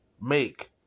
make